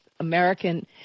American